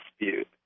dispute